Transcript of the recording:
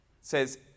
says